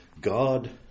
God